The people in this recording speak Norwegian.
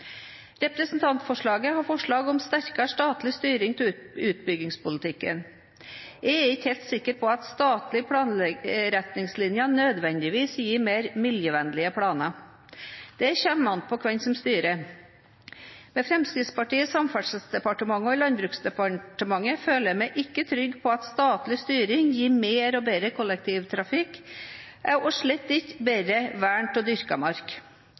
Representantforslaget har forslag om sterkere statlig styring av utbyggingspolitikken. Jeg er ikke helt sikker på at statlige planretningslinjer nødvendigvis gir mer miljøvennlige planer. Det kommer an på hvem som styrer. Med Fremskrittspartiet i Samferdselsdepartementet og Landbruksdepartementet føler jeg meg ikke trygg på at statlig styring gir mer og bedre kollektivtrafikk og slett ikke bedre vern av dyrket mark